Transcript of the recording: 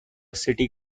city